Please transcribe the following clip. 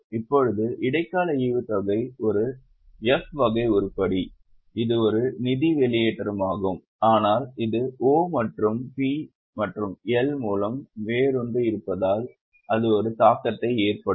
இப்போது இடைக்கால ஈவுத்தொகை ஒரு F வகை உருப்படி இது ஒரு நிதி வெளியேற்றமாகும் ஆனால் இது O மற்றும் P மற்றும் L மூலம் வேரூன்றி இருப்பதால் அது ஒரு தாக்கத்தை ஏற்படுத்தும்